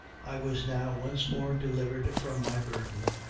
i was now once more delivered from my burden,